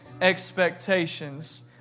expectations